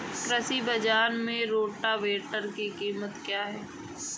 कृषि बाजार में रोटावेटर की कीमत क्या है?